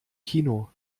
kino